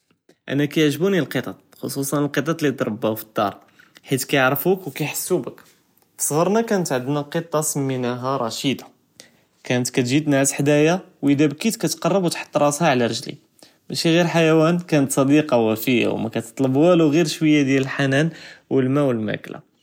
אנה כִּיעְגְ׳בּוּנִי לקטַּט ח׳וסוסא לקטַּט לִיתְרַבָּאו פְדָאר חִית כִּיעְרפו ו כִּיחסו בִּכּ, פי צּגרנא כאנת ענדנא קטָּה סְמִינאהא רָשִידָה, כאנת כִּתגִ׳י תְנְעַס חְדַאיָא ו אִידַא בכִּית כִּתְקְרַבּ תְחֻט רָאסהא עלא רְגְ׳לִי, מאשי ע׳יר חיוואן כאנת צּדיקָה ופִיָה ו מא תְטְלַבּ וואלו ע׳יר שׁוִויא דיאל לחנאן ו למא ו למַאכְּלָה.